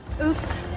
Oops